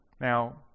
Now